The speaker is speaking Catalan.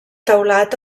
teulat